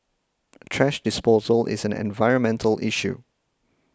thrash disposal is an environmental issue